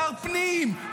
שר פנים,